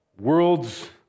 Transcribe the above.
world's